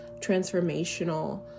transformational